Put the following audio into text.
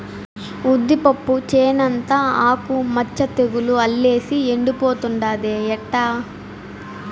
ఉద్దిపప్పు చేనంతా ఆకు మచ్చ తెగులు అల్లేసి ఎండిపోతుండాదే ఎట్టా